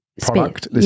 product